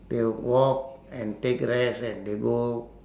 they will walk and take rest and they go